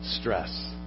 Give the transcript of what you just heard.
stress